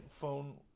phone